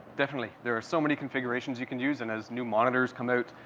definitely. there are so many configurations you can use, and as new monitors come out,